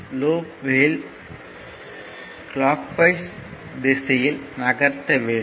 லூப்யில் clockwise திசையில் நகர்த்த வேண்டும்